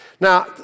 Now